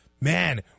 man